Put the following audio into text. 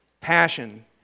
passion